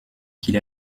qu’il